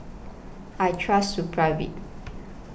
I Trust Supravit